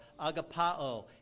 agapao